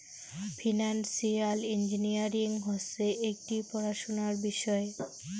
financial engineering হসে একটি পড়াশোনার বিষয়